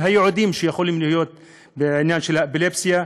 ייעודיים שיכולים להיות לעניין של אפילפסיה,